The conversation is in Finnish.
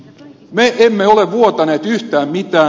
me emme ole vuotaneet yhtään mitään